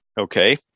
okay